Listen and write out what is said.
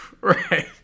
Right